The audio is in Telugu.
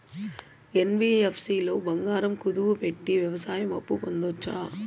యన్.బి.యఫ్.సి లో బంగారం కుదువు పెట్టి వ్యవసాయ అప్పు పొందొచ్చా?